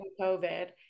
COVID